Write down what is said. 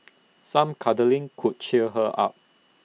some cuddling could cheer her up